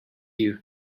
you